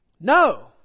No